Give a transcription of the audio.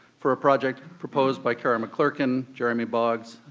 for a project proposed by kara mcclurken, jeremy boggs,